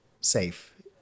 safe